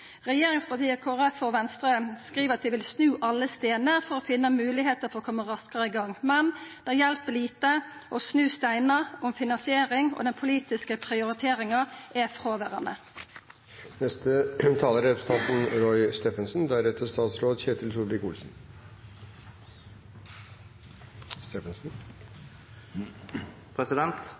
Kristeleg Folkeparti og Venstre skriv at dei vil snu alle steinar for å finna moglegheiter til å koma raskare i gang. Men det hjelper lite å snu steinar om finansiering og den politiske prioriteringa er